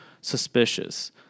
suspicious